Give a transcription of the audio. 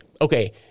Okay